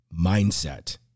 mindset